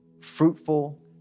fruitful